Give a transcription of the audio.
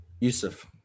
Yusuf